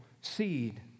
seed